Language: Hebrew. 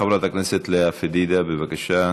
חברת הכנסת לאה פדידה, בבקשה.